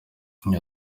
agira